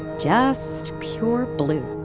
just pure blue.